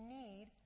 need